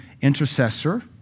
intercessor